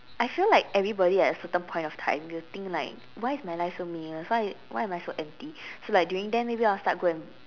I feel like everybody at a certain point of time will think like why is my life so meaningless why why am I so empty so like during then maybe I'll start go and